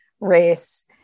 race